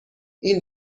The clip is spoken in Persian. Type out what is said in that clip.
این